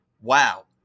Wow